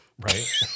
Right